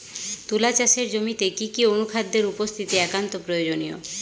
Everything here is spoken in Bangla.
তুলা চাষের জমিতে কি কি অনুখাদ্যের উপস্থিতি একান্ত প্রয়োজনীয়?